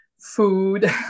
food